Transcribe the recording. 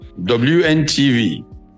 WNTV